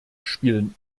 spielen